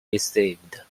received